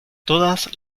todas